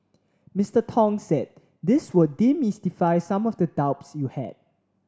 Mister Tong said this will demystify some of the doubts you had